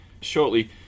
shortly